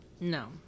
No